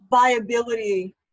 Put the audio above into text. viability